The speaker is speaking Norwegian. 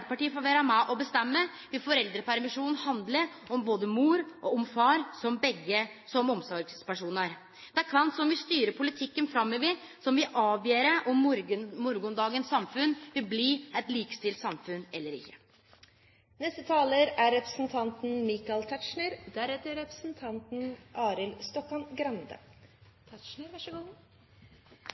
får vere med og bestemme, vil foreldrepermisjonen handle om både mor og far, om begge omsorgspersonane. Det er kven som styrer politikken framover, som vil avgjere om morgondagens samfunn vil bli eit likestilt samfunn eller ikkje. Det er